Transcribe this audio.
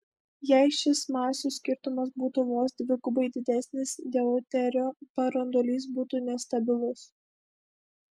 jei šis masių skirtumas būtų vos dvigubai didesnis deuterio branduolys būtų nestabilus